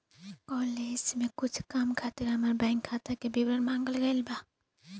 college में कुछ काम खातिर हामार बैंक खाता के विवरण मांगल गइल बा